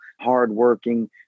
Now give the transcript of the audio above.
hardworking